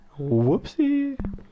Whoopsie